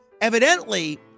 evidently